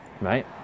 Right